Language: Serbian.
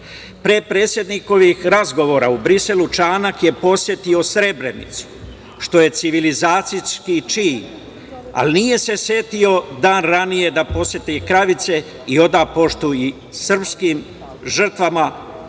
predsednikovih razgovora u Briselu, Čanak je posetio Srebrenicu, što je civilizacijski čin, ali nije se setio dan ranije da poseti Kravice i od poštu i srpskim žrtvama, ali